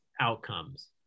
outcomes